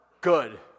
Good